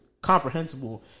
comprehensible